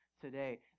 today